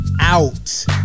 Out